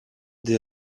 des